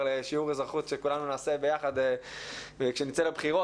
לשיעור אזרחות שכולנו נעשה ביחד כשנצא לבחירות.